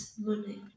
money